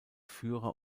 führer